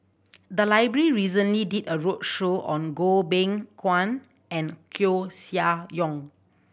the library recently did a roadshow on Goh Beng Kwan and Koeh Sia Yong